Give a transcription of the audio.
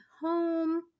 home